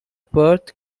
perth